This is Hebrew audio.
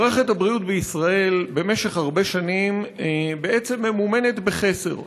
מערכת הבריאות בישראל במשך הרבה שנים בעצם ממומנת בחסר,